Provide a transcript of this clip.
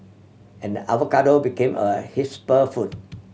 and avocado became a food